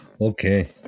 okay